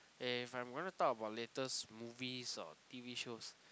if I'm gonna talk about latest movies or t_v shows